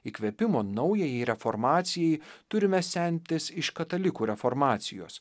įkvėpimo naujajai reformacijai turime semtis iš katalikų reformacijos